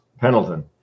Pendleton